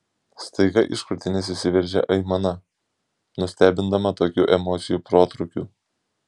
staiga iš krūtinės išsiveržė aimana nustebindama tokiu emocijų protrūkiu